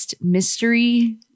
mystery